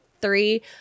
three